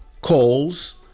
calls